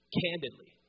candidly